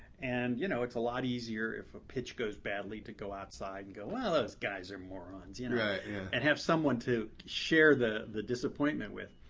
and, you know, it's a lot easier if a pitch goes badly to go outside and go, well, those guys are morons. yeah and have someone to share the the disappointment with.